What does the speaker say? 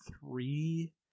three